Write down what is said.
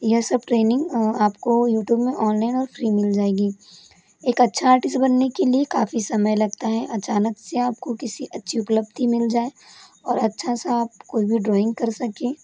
यह सब ट्रैनिंग आपको यूट्यूब में ऑनलाइन और फ्री मिल जाएगी एक अच्छा आर्टिस्ट बनने के लिए काफ़ी समय लगता है अचानक से आपको किसी अच्छी उपलब्धि मिल जाए और अच्छा सा कोई भी ड्रॉइंग कर सके